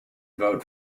vote